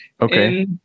Okay